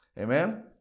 Amen